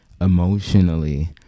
emotionally